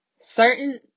certain